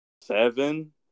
seven